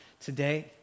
today